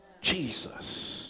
Jesus